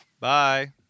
Bye